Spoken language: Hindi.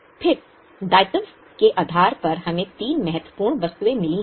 फिर दायित्व के आधार पर हमें तीन महत्वपूर्ण वस्तुएं मिली हैं